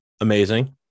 amazing